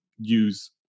use